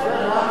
השרה.